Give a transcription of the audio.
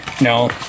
no